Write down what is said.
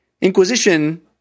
Inquisition –